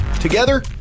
Together